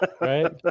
Right